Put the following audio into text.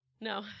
No